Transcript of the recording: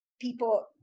people